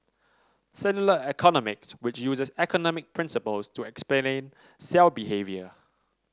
cellular economics which uses economic principles to explain cell behaviour